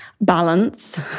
balance